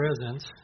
presence